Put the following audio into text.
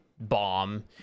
bomb